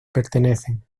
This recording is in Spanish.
pertenecen